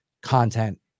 content